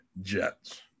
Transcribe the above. Jets